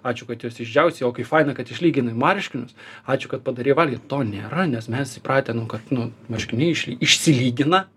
ačiū kad juos išdžiaustei o kaip faina kad išlyginai marškinius ačiū kad padarei valgyt to nėra nes mes įpratę nu kad nu marškiniai iš išsilygina